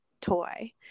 toy